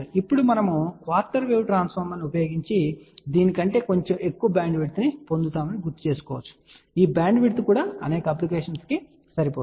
ఇప్పుడు మనము quarter wave transformer ను ఉపయోగించినప్పుడు మనము దీని కంటే కొంచెం ఎక్కువ బ్యాండ్విడ్త్ పొందుతున్నాము గుర్తుకు తెచ్చుకోండి కానీ ఈ బ్యాండ్విడ్త్ కూడా అనేక అప్లికేషన్స్ కి సరిపోతుంది